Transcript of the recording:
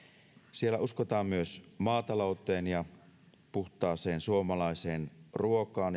siellä uskotaan myös maatalouteen ja puhtaaseen suomalaiseen ruokaan